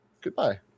Goodbye